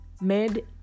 made